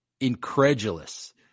incredulous